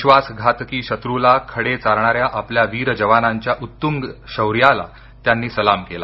विश्वासघातकी शत्रूला खडे चारणाऱ्या आपल्या वीर जवानांच्या उत्तुंग शौर्याला त्यांनी सलाम केला